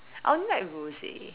I only like rose